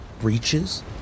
breaches